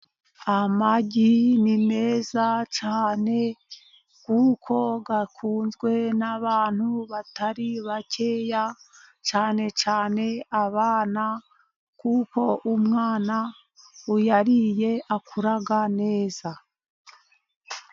Amagi ni meza cyane kuko akunzwe n'abantu batari bakeya, cyane cyane abana kuko umwana uyariye akura neza.